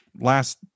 last